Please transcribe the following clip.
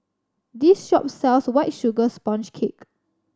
this shop sells White Sugar Sponge Cake